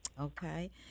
Okay